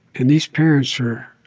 and these parents are